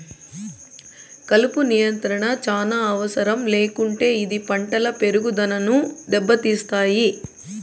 కలుపు నియంత్రణ చానా అవసరం లేకుంటే ఇది పంటల పెరుగుదనను దెబ్బతీస్తాయి